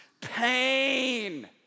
pain